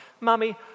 Mummy